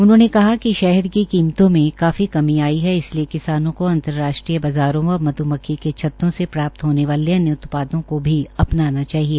उनहोंने कहा कि शहर की कीमतों मे काफी कमी आई है इसलिये किसानों का अंतर्राष्ट्रीय बाज़ारों व मध्मक्खी के प्राप्त होने वाले अन्य उत्पादों को भी अपनाना चाहिए